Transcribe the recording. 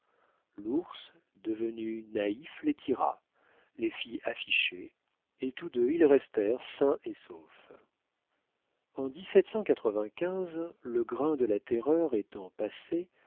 l'ours devenu naïf les tira les fit afficher et tous deux ils restèrent sains et saufs en le grain de la terreur étant passé